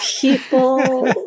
people